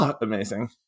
amazing